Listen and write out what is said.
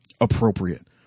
appropriate